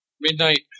Midnight